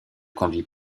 conduit